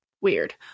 weird